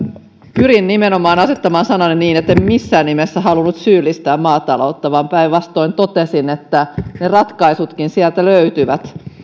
pyrin nimenomaan asettamaan sanani niin etten missään nimessä halunnut syyllistää maataloutta vaan päinvastoin totesin että ne ratkaisutkin sieltä löytyvät